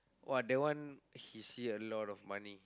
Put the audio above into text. !wah! that one he see a lot of money